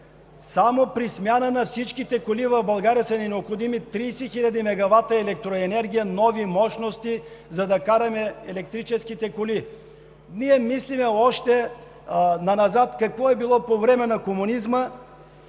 само при смяна на всичките коли в България са ни необходими 30 хиляди мегавата електроенергия, нови мощности, за да караме тези електрически коли. Ние мислим още за това, което е било назад – какво е било по време на комунизма,